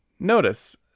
Notice